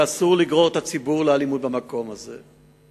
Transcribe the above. ואסור לגרור את הציבור לאלימות במקום הזה.